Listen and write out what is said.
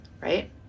Right